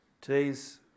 Today's